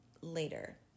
later